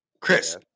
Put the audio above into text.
Chris